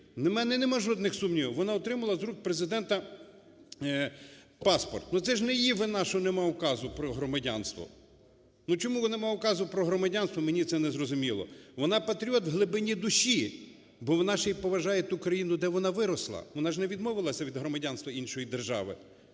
У мене немає жодних сумнівів. Вона отримала з рук Президента паспорт. Ну, це ж не її вина, що немає указу про громадянство. Ну, чому немає указу про громадянство, мені це не зрозуміло. Вона патріот в глибині душі, бо вона ще і поважає ту країну, де вона виросла. Вона ж не відмовилася від громадянства іншої держави,